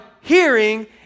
hearing